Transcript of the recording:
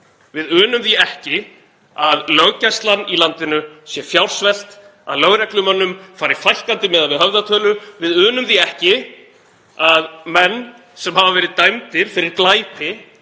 Við unum því ekki að löggæslan í landinu sé fjársvelt, að lögreglumönnum fari fækkandi miðað við höfðatölu. Við unum því ekki að menn sem hafa verið dæmdir fyrir glæpi